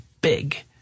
big